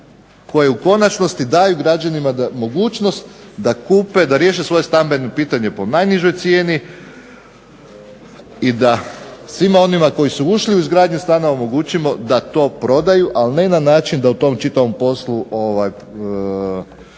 koje u konačnosti daju građanima mogućnost da kupe, da riješe svoje stambeno pitanje po najnižoj cijeni i da svima onima koji su ušli u izgradnju stanova omogućimo da to prodaju, ali ne na način da u tom čitavom poslu